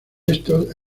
estos